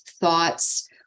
thoughts